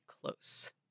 close